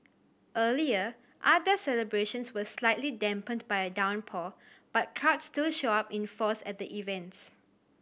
earlier outdoor celebrations were slightly dampened by a downpour but crowds still showed up in force at events